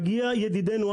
מגיע ידידנו,